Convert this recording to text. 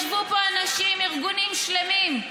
ישבו פה אנשים, ארגונים שלמים,